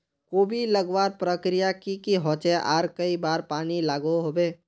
कोबी लगवार प्रक्रिया की की होचे आर कई बार पानी लागोहो होबे?